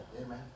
Amen